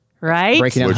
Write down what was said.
right